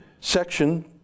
section